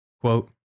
quote